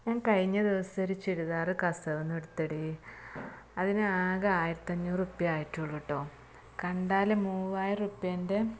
ഞാന് കഴിഞ്ഞ ദിവസം ഒരു ചുരിദാർ കസവിൽ നിന്ന് എടുത്തെടീ അതിന് ആകെ ആയിരത്തി അഞ്ഞൂറുപ്യ ആയിട്ടുള്ളു കേട്ടോ കണ്ടാൽ മൂവായിരം റുപ്യന്റെ